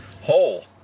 Hole